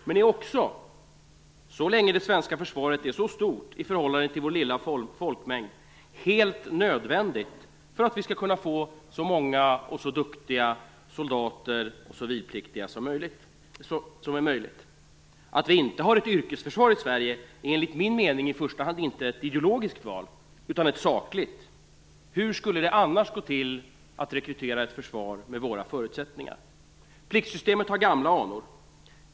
Men det är också, så länge som det svenska försvaret är så stort i förhållande till vår lilla folkmängd, helt nödvändigt för att vi skall kunna få så många och så duktiga soldater och civilpliktiga som möjligt. Att vi inte har ett yrkesförsvar i Sverige är enligt min mening i första hand inte ett ideologiskt val utan ett sakligt. Hur skulle det annars gå till att rekrytera ett försvar med våra förutsättningar? Pliktsystemet har gamla anor.